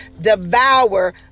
devour